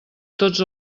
tots